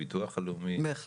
הביטוח הלאומי --- תודה רבה.